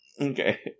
Okay